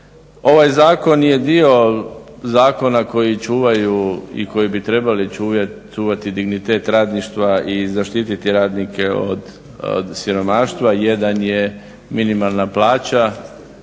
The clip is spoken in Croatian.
Ovaj zakon je dio zakona koji čuvaju i koji bi trebali čuvati dignitet radništva i zaštiti radnike od siromaštva. Jedan je minimalna plaća